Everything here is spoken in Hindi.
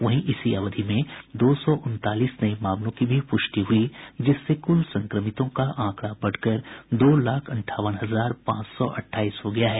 वहीं इसी अवधि में दो सौ उनतालीस नये मामलों की भी पुष्टि हुई जिससे कुल संक्रमितों का आंकड़ा बढ़कर दो लाख अंठावन हजार पांच सौ अट्ठाईस हो गया है